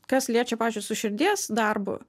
kas liečia pavyzdžiui su širdies darbu